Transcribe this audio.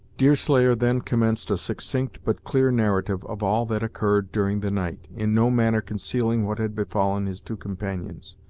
deerslayer then commenced a succinct but clear narrative of all that occurred during the night, in no manner concealing what had befallen his two companions,